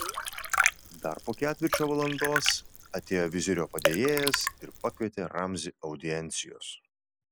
dar po ketvirčio valandos atėjo vizirio padėjėjas ir pakvietė ramzį audiencijos